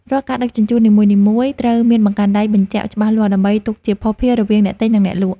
រាល់ការដឹកជញ្ជូននីមួយៗត្រូវមានបង្កាន់ដៃបញ្ជាក់ច្បាស់លាស់ដើម្បីទុកជាភស្តតាងរវាងអ្នកទិញនិងអ្នកលក់។